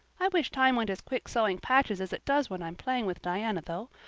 i wish time went as quick sewing patches as it does when i'm playing with diana, though.